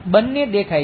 બંને દેખાય છે